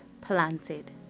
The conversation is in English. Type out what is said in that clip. planted